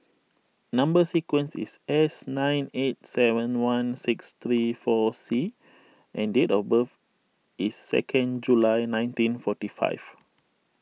Number Sequence is S nine eight seven one six three four C and date of birth is second July nineteen forty five